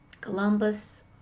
columbus